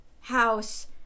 house